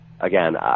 again